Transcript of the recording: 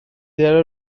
there